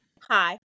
hi